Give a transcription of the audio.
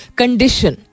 condition